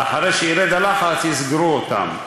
ואחרי שירד הלחץ יסגרו אותן.